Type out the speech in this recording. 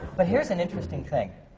but here's an interesting thing.